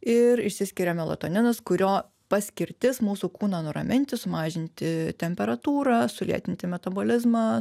ir išsiskiria melatoninas kurio paskirtis mūsų kūną nuraminti sumažinti temperatūrą sulėtinti metabolizmą